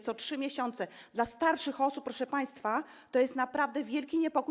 Co 3 miesiące - dla starszych osób, proszę państwa, to jest naprawdę wielki niepokój.